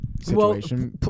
situation